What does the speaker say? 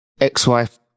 ex-wife